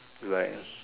like